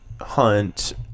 hunt